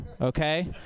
okay